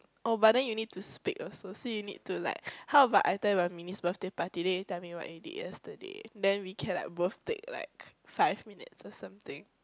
oh but then you need to speak also so you need to like how about I tell you about Min-Yi's birthday party then you tell me what you did yesterday then we can like both take like five minutes or something